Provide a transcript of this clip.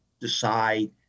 decide